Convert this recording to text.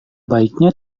baiknya